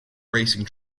racing